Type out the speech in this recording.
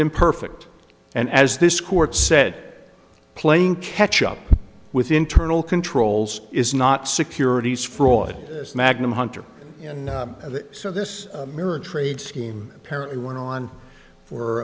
imperfect and as this court said playing catch up with internal controls is not securities fraud it's magnum hunter and i think so this mirror trade scheme apparently went on for